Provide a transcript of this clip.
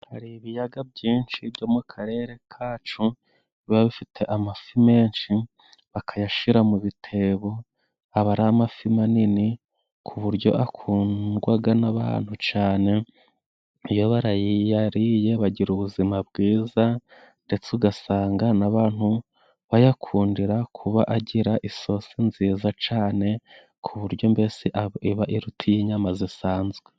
Hari ibiyaga byinshi byo mu karere kacu biba bifite amafi menshi bakayashyira mu bitebo, aba ari amafi manini ku buryo akundwa n'abantu cyane iyo bayariye bagira ubuzima bwiza , ndetse ugasanga n'abantu bayakundira kuba agira isosi nziza cyane, ku buryo mbese iba iruta iy'inyama zisanzwe.